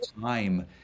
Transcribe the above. time